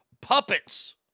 puppets